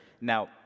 Now